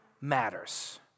matters